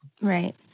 Right